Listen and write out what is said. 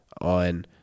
on